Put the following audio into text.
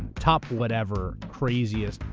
top whatever craziest,